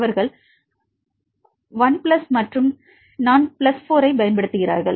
அவர்கள் I plus 3 மற்றும் நான் பிளஸ் 4 ஐப் பயன்படுத்துகிறார்கள்